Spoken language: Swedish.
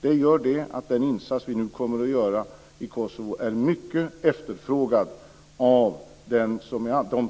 Det innebär att den insats vi nu kommer att göra i Kosovo är mycket efterfrågad av dem